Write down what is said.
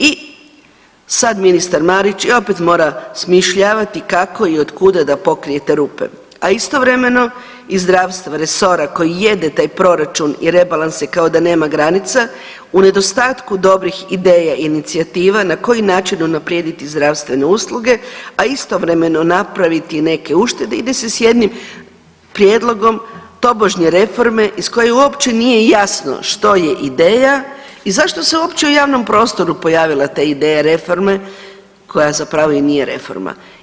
I sad ministar Marić opet mora smišljavati kako i od kuda da pokrije te rupe, a istovremeno iz zdravstva, resora koji jede taj proračun i rebalanse kao da nema granica u nedostatku dobrih ideja i inicijativa na koji način unaprijediti zdravstvene usluge, a istovremeno napraviti neke uštede ide se s jednim prijedlogom tobožnje reforme iz koje uopće nije jasno što je ideja i zašto se upravo u javnom prostoru pojavila ta ideja reforme koja zapravo i nije reforma.